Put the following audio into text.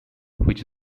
which